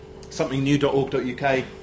somethingnew.org.uk